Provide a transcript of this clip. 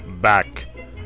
Back